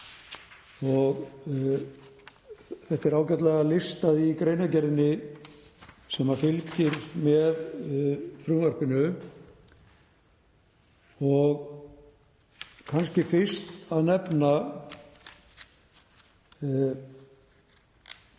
þetta er ágætlega listað í greinargerðinni sem fylgir með frumvarpinu, og kannski fyrst að nefna